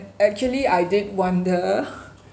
actually I did wonder